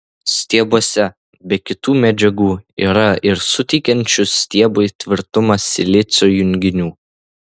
stiebuose be kitų medžiagų yra ir suteikiančių stiebui tvirtumą silicio junginių